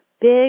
big